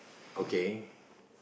okay